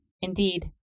Indeed